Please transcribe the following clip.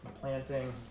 planting